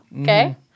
Okay